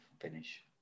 finish